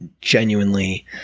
genuinely